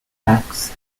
facts